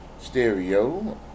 stereo